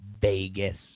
Vegas